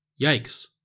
Yikes